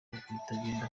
ibitagenda